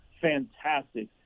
fantastic